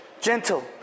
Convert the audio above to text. gentle